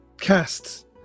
cast